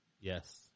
Yes